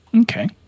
Okay